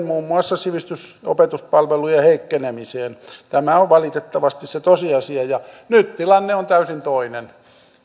muun muassa sivistys ja opetuspalvelujen heikkenemiseen tämä on valitettavasti se tosiasia nyt tilanne on täysin toinen